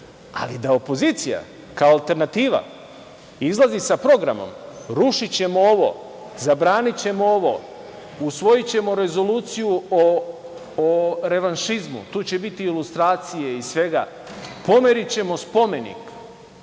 ali da opozicija, kao alternativa, izlazi sa programom - rušićemo ovo, zabranićemo ovo, usvojićemo rezoluciju o revanšizmu, tu će biti i lustracije i svega, pomerićemo spomenik. Evo